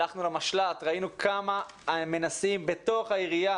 הלכנו למשל"ט ראינו כמה מנסים בתוך העירייה